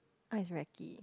ice reccee